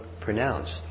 pronounced